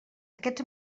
aquests